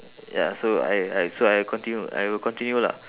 ya so I I so I continue I will continue lah